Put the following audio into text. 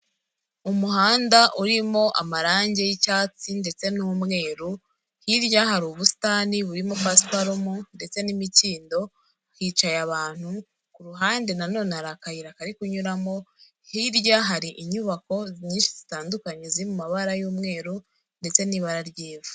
Umuhanda urimo amarangi y'icyatsi ndetse n'umweru, hirya hari ubusitani burimo pasiparumu ndetse n'imikindo, hicaye abantu ku ruhande nanone hari akayira kari kunyuramo, hirya hari inyubako nyinshi zitandukanye ziri mu mabara y'umweru ndetse n'ibara ry'ivu.